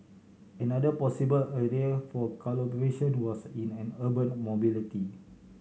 another possible area for collaboration was in an urban mobility